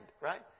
Right